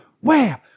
wham